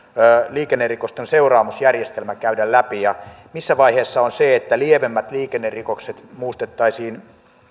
liikennerikosten seuraamusjärjestelmä käydä läpi missä vaiheessa on se että lievemmät liikennerikokset muutettaisiin